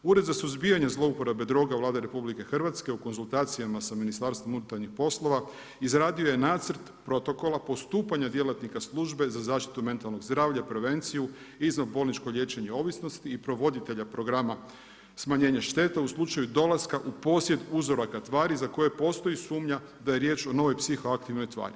Ured za suzbijanje zlouporabe droga Vlade Republike Hrvatske u konzultacijama sa Ministarstvom unutarnjih poslova izradio je Nacrt protokola postupanja djelatnika Službe za zaštitu mentalnog zdravlja, prevenciju, izvanbolničkog liječenje ovisnosti i provoditelja programa smanjenja štete u slučaju dolaska u posjed uzoraka tvari za koje postoji sumnja da je riječ o novoj psihoaktivnoj tvari.